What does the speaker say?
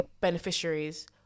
beneficiaries